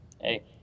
Hey